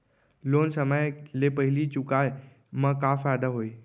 Loan समय ले पहिली चुकाए मा का फायदा होही?